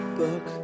book